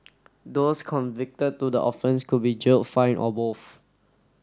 those convicted to the offence could be jailed fined or both